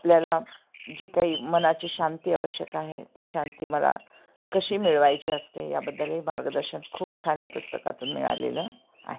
आपल्याला जी काही मनाची शांती आवश्यक आहे ती शांती मला कशी मिळवायची असते याबद्दलही मार्गदर्शन खूप छान पुस्तकातून मिळालेलं आहे